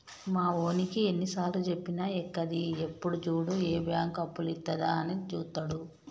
మావోనికి ఎన్నిసార్లుజెప్పినా ఎక్కది, ఎప్పుడు జూడు ఏ బాంకు అప్పులిత్తదా అని జూత్తడు